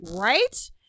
Right